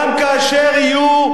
גם כאשר יהיו,